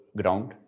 ground